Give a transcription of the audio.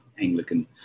Anglican